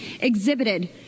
exhibited